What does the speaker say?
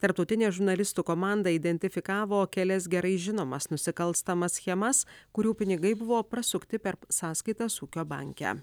tarptautinė žurnalistų komanda identifikavo kelias gerai žinomas nusikalstamas schemas kurių pinigai buvo prasukti per sąskaitas ūkio banke